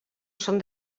són